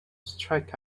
strike